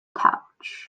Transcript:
pouch